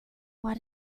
what